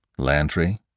Lantry